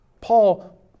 Paul